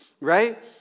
right